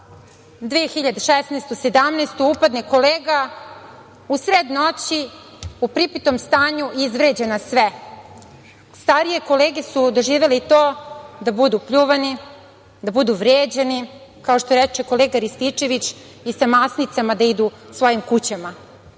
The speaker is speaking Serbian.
godinu, upadne kolega u sred noći u pripitom stanju i izvređa nas sve. Starije kolege su doživele i to da budu pljuvani, da budu vređani. Kao što reče kolega Rističević, i sa masnicama da idu svojim kućama,